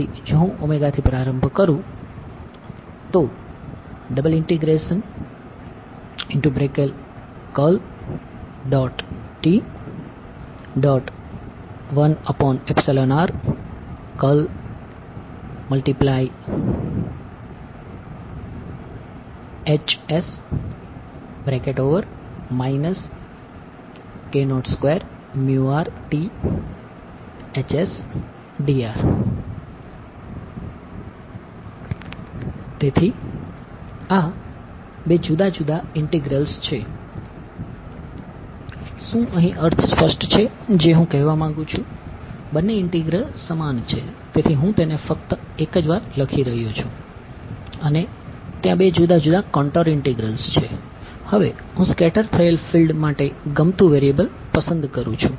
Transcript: તેથી જો હું ઓમેગાથી પ્રારંભ કરું તેથી આ બે જુદાં જુદાં ઇંટીગ્રલ્સ પસંદ કરું છુ